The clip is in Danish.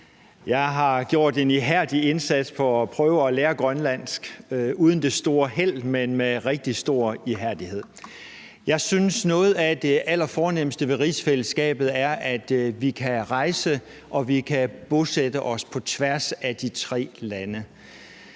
Jeg har gjort en ihærdig indsats for at prøve at lære grønlandsk – uden det store held, men med rigtig stor ihærdighed. Jeg synes, at noget af det allerfornemste ved rigsfællesskabet er, at vi kan rejse og bosætte os på tværs af de tre lande.